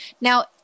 Now